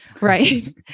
Right